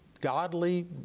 godly